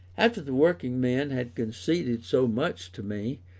after the working men had conceded so much to me,